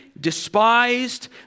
despised